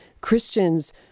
Christians